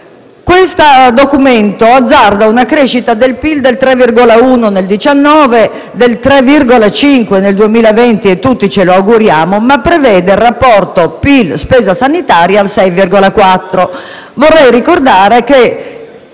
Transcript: Questo Documento azzarda una crescita del PIL del 3,1 per cento nel 2019, del 3,5 nel 2020 - e tutti ce lo auguriamo - ma prevede il rapporto PIL/spesa sanitaria al 6,4. Vorrei ricordare che,